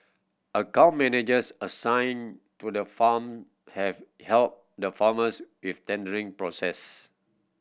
account managers assigned to the farm have helped the farmers with tendering process